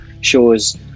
shows